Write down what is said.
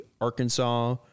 arkansas